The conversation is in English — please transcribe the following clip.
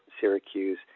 syracuse